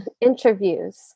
interviews